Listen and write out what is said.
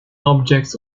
objects